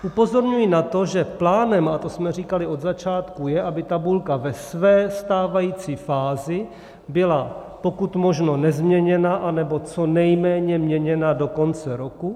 Upozorňuji na to, že plánem a to jsme říkali od začátku je, aby tabulka ve své stávající fázi byla pokud možno nezměněna, nebo co nejméně měněna do konce roku.